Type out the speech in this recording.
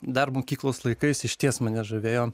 dar mokyklos laikais išties mane žavėjo